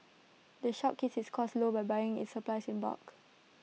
the shop keeps its costs low by buying its supplies in bulk